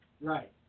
Right